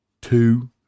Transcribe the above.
two